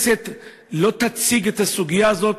שהכנסת לא תציג את הסוגיה הזאת,